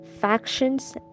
factions